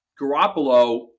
Garoppolo